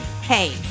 Hey